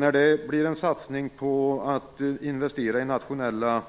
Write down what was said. När man satsar på att investera i nationella